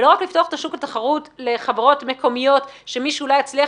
ולא רק לפתוח את השוק לתחרות לחברות מקומיות שמישהו אולי יצליח